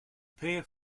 pair